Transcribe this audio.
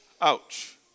Ouch